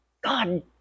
God